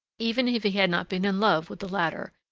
even if he had not been in love with the latter,